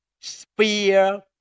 spear